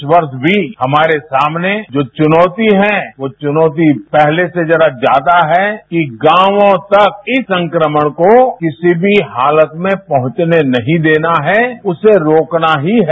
इस वर्ष भी हमारे सामने जो चुनौती है वो चुनौती पहले से जरा ज्यादा है कि गांवों तक इस संक्रमण को किसी भी हालत में पहुंचने नहीं देना है उसे रोकना ही है